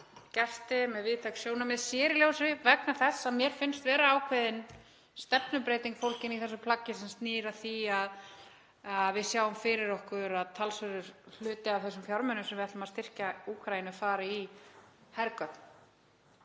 gesti með víðtæk sjónarmið, sér í lagi vegna þess að mér finnst vera ákveðin stefnubreyting fólgin í þessu plaggi sem snýr að því að við sjáum fyrir okkur að talsverður hluti af þessum fjármunum sem við ætlum að styrkja Úkraínu með fari í hergögn.